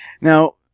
now